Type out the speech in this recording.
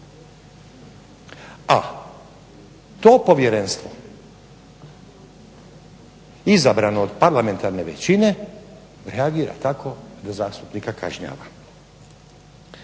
A to povjerenstvo izabrano od parlamentarne većine reagira tako da zastupnika kažnjava.